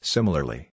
Similarly